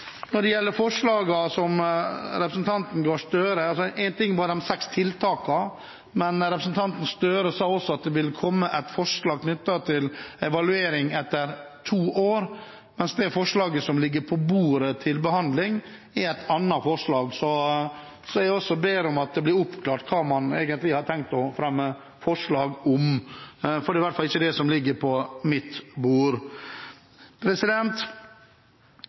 representanten Gahr Støre: Én ting er de seks tiltakene, men representanten Gahr Støre sa også at det vil komme et forslag knyttet til evaluering etter to år, mens det forslaget som ligger på bordet til behandling, er et annet forslag. Jeg ber om at det blir oppklart hva man egentlig har tenkt å fremme forslag om. Det er i hvert fall ikke det som ligger på mitt bord.